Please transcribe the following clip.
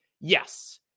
yes